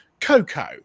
COCO